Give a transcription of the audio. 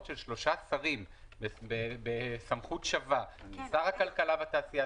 של שלושה שרים בסמכות שווה: שר הכלכלה והתעשייה,